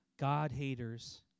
God-haters